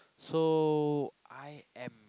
so I am